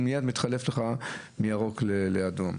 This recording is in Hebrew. והרמזור מתחלף מייד מירוק לאדום.